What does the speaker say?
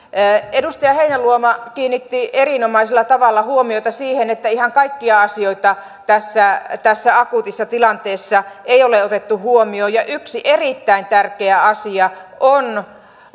edustaja heinäluoma kiinnitti erinomaisella tavalla huomiota siihen että ihan kaikkia asioita tässä tässä akuutissa tilanteessa ei ole otettu huomioon ja yksi erittäin tärkeä asia on